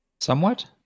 Somewhat